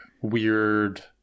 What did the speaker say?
weird